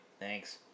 Thanks